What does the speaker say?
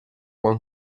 con